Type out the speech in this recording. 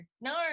No